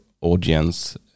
audience